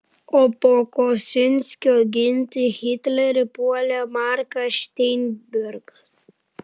o po kosinskio ginti hitlerį puolė markas šteinbergas